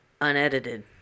unedited